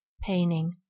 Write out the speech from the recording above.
painting